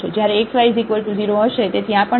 તેથી આ પણ 0 ની બરાબર નથી અને તે 0 છે જ્યારે x y છે